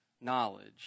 knowledge